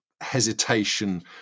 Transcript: hesitation